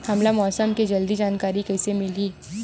हमला मौसम के जल्दी जानकारी कइसे मिलही?